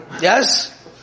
Yes